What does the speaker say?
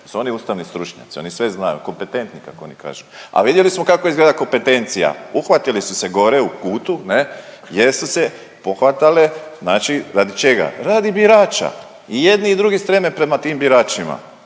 jer su oni ustavni stručnjaci, oni sve znaju, kompetentni kako oni kažu, a vidjeli smo kako izgleda kompetencija, uhvatili su se gore u kutu ne, jesu se pohvatale znači radi čega, radi birača. I jedni i drugi streme prema tim biračima.